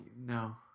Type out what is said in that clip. No